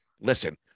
listen